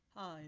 Hi